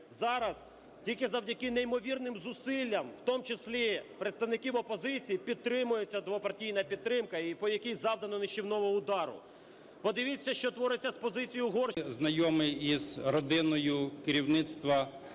зараз тільки завдяки неймовірним зусиллям, в тому числі представників опозиції, підтримується двопартійна підтримка і по якій завдано нищівного удару. Подивіться, що твориться з позицією Угорщини, яка програна